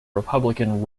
republican